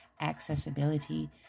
accessibility